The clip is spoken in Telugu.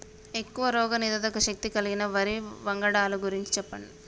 ఎక్కువ రోగనిరోధక శక్తి కలిగిన వరి వంగడాల గురించి చెప్పండి?